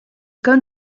going